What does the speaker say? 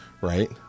right